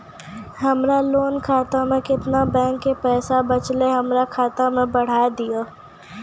हमरा लोन खाता मे केतना बैंक के पैसा बचलै हमरा खाता मे चढ़ाय दिहो?